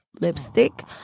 lipstick